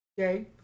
okay